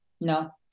no